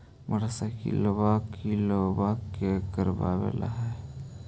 मोटरसाइकिलवो के करावे ल हेकै?